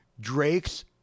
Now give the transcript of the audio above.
Drake's